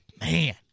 man